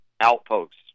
outposts